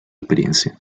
experiencia